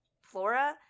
Flora